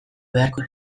beharko